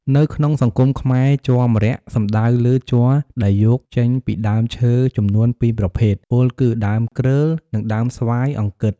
នៅក្នុងសង្គមខ្មែរ ជ័រ ម្រ័ក្សណ៍សំដៅលើជ័រដែលយកចេញពីដើមឈើចំនួនពីរប្រភេទ ពោលគឺដើមគ្រើល និងដើមស្វាយអង្គិត។